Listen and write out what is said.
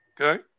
okay